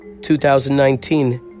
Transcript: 2019